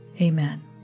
Amen